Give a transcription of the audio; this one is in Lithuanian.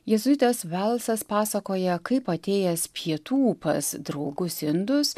jėzuitas velsas pasakoja kaip atėjęs pietų pas draugus indus